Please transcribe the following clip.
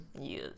Yes